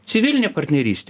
civilinė partnerystė